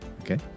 Okay